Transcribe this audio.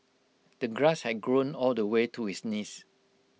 the grass had grown all the way to his knees